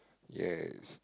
yes